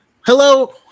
hello